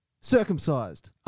circumcised